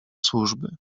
służby